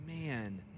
man